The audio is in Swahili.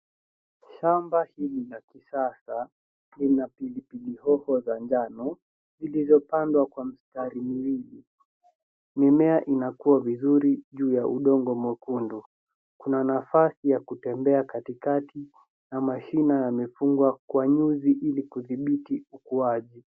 Shamba hili la kisasa, lina pilipili hoho za njano, zilizopandwa kwa mstari miwili. Mimea inakuwa vizuri, juu ya udongo mwekundu. Kuna nafasi ya kutembea katikati na mashina yamefungwa kwa nyuzi ili kudhibiti ukuaji.